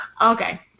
Okay